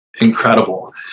incredible